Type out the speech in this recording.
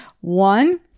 One